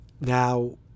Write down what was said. now